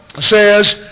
says